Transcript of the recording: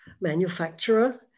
manufacturer